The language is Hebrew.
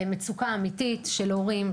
מצוקה אמיתית של הורים,